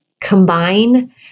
combine